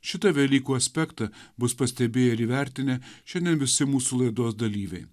šitą velykų aspektą bus pastebėję ir įvertinę šiandien visi mūsų laidos dalyviai